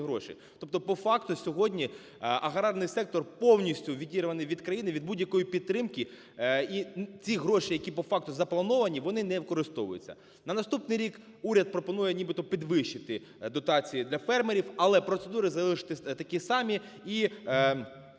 Тобто по факту сьогодні аграрний сектор повністю відірваний від країни, від будь-якої підтримки і ці гроші, які по факту заплановані, вони не використовуються. На наступний рік уряд пропонує нібито підвищити дотації для фермерів, але процедури залишаться такі самі